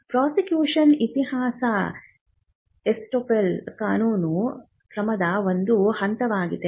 prosecution ಇತಿಹಾಸ estoppel ಕಾನೂನು ಕ್ರಮದ ಒಂದು ಹಂತವಾಗಿದೆ